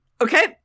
Okay